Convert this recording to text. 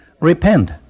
Repent